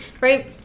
right